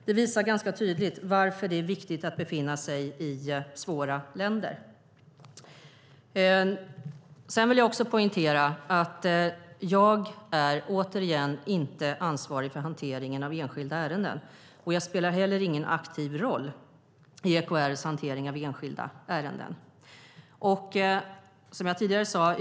Det visar ganska tydligt varför det är viktigt att vara på plats i svåra länder. Jag vill poängtera att jag inte är ansvarig för hanteringen av enskilda ärenden. Jag spelar heller ingen aktiv roll i EKR:s hantering av enskilda ärenden.